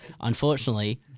Unfortunately